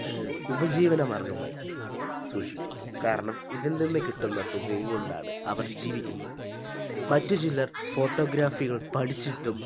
ഉപജീവന മാർഗ്ഗമായി സൂക്ഷിക്കുന്നു കാരണം ഇതിൽ നിന്നു കിട്ടുന്ന തുകയും കൊണ്ടാണ് അവർ ജീവിക്കുന്നത് മറ്റു ചിലർ ഫോട്ടോഗ്രാഫികൾ പഠിച്ചിട്ടും